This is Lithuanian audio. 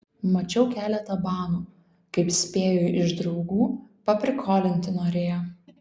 mačiau keletą banų kaip spėju iš draugų paprikolinti norėjo